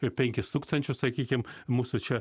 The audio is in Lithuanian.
i penkis tūkstančius sakykim mūsų čia